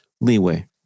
leeway